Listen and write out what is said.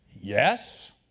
yes